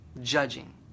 Judging